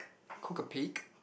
cook or bake